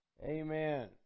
Amen